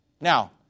Now